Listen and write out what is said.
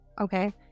okay